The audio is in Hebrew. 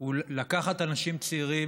הוא לקחת אנשים צעירים,